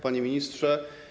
Panie Ministrze!